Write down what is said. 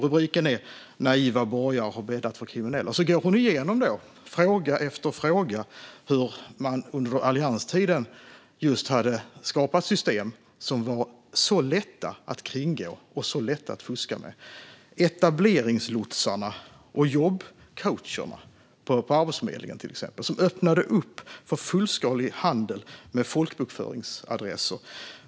Rubriken är "Naiva borgare har bäddat för kriminella", och i texten går hon igenom fråga efter fråga där man under allianstiden skapat system som var just mycket lätta att kringgå och fuska med. Det gäller till exempel etableringslotsarna och jobbcoacherna på Arbetsförmedlingen, som öppnade upp för fullskalig handel med folkbokföringsadresser.